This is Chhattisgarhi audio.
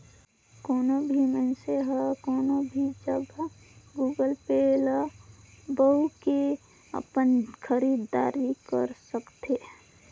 कोनो भी मइनसे हर कोनो भी जघा गुगल पे ल बउ के अपन खरीद दारी कर सकथे